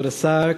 כבוד השר,